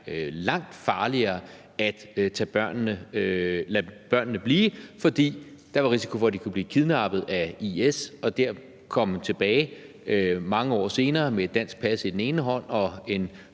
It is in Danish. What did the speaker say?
langt farligere at lade børnene blive, fordi der var risiko for, at de kunne blive kidnappet af IS og så komme tilbage mange år senere med et dansk pas i den ene hånd og en